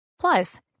Plus